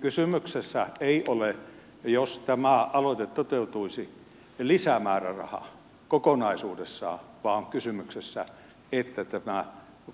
kysymyksessä ei ole jos tämä aloite toteutuisi lisämääräraha kokonaisuudessaan vaan se että tämä